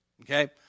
okay